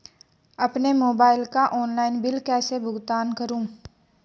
अपने मोबाइल का online bill कैसे भुगतान करूं?